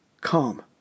calm